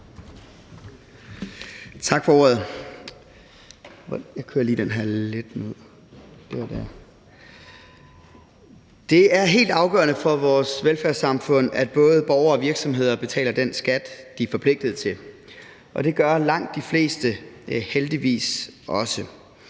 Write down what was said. Det er helt afgørende for vores velfærdssamfund, at både borgere og virksomheder betaler den skat, de er forpligtet til, og det gør langt de fleste heldigvis også.